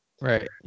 Right